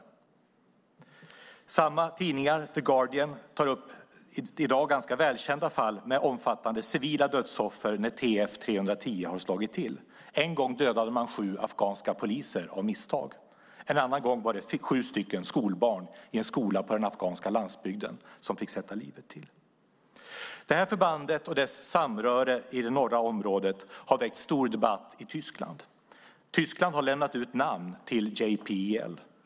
The Guardian tar i dag upp ganska välkända fall med många civila dödsoffer när TF 3-10 slagit till. En gång dödade man av misstag sju afghanska poliser. En annan gång var det sju skolbarn på en skola på den afghanska landsbygden som fick sätta livet till. Förbandet och dess samröre i norra området har väckt stor debatt i Tyskland som lämnat ut namn till JPEL.